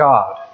God